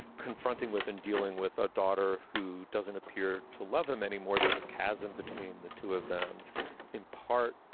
confronting with and dealing with a daughter who doesn't appear to love him any more. there's a chasm between the two of them in part,